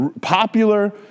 popular